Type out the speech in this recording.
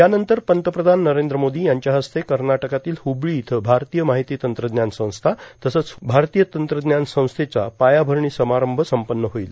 यानंतर पंतप्रधान नरेंद्र मोदी यांच्या हस्ते कर्नाटकातील हुबली इथं आरतीय माहिती तंत्रज्ञान संस्था तसंच ह्बली इथं भारतीय तंत्रज्ञान संस्थेच्या पायाभरणी समारंभ सम्पन होईल